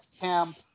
camp